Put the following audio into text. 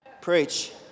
Preach